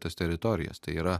tas teritorijas tai yra